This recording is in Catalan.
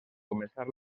començar